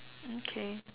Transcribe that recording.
mm K